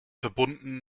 verbunden